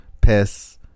piss